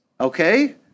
Okay